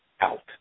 out